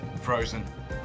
Frozen